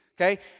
Okay